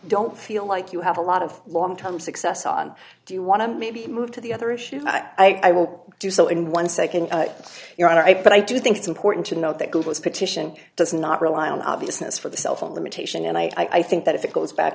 don't feel like you have a lot of long term success on do you want to maybe move to the other issues i will do so in one second your honor i put i do think it's important to note that google's petition does not rely on obviousness for the cell phone limitation and i think that if it goes back